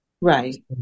Right